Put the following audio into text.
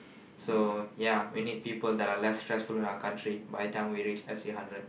so ya we need people that are less stressful in our country by the time we reach S_G hundred